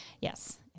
Yes